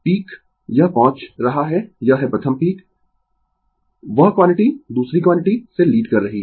peak यह पहुंच रहा है यह है प्रथम पीक वह क्वांटिटी दूसरी क्वांटिटी से लीड कर रही है